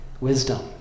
wisdom